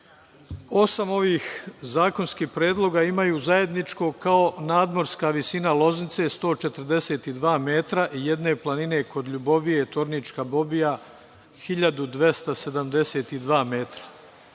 Osam ovih zakonskih predloga imaju zajedničko kao nadmorska visina Loznice 142 metra i jedne planine kod Ljubovije, Tornička Bobija, 1272 metra.